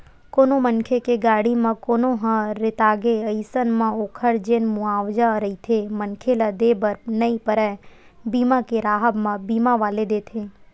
कोनो मनखे के गाड़ी म कोनो ह रेतागे अइसन म ओखर जेन मुवाजा रहिथे मनखे ल देय बर नइ परय बीमा के राहब म बीमा वाले देथे